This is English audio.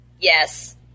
yes